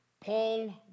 Paul